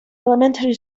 elementary